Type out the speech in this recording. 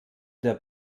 der